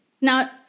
Now